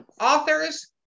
authors